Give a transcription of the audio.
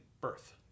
birth